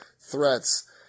threats